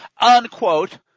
Unquote